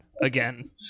again